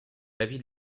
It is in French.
l’avis